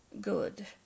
good